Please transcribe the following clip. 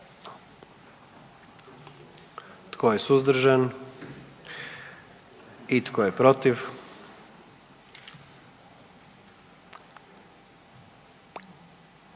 Tko je suzdržan? I tko je protiv?